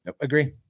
Agree